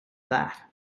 that